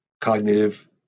cognitive